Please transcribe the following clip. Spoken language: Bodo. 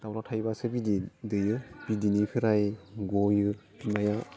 दाउला थायोबासो बिदै दैयो बिदैनिफ्राय गयो बिमाया